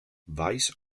vice